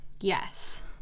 Yes